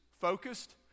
focused